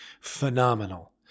phenomenal